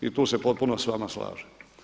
I tu se potpuno sa vama slažem.